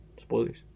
Spoilers